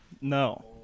No